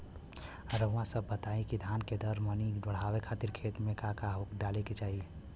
रउआ सभ बताई कि धान के दर मनी बड़ावे खातिर खेत में का का डाले के चाही?